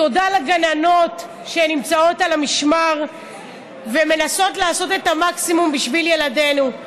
תודה לגננות שנמצאות על המשמר ומנסות לעשות את המקסימום בשביל ילדינו.